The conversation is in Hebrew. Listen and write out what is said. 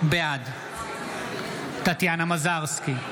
בעד טטיאנה מזרסקי,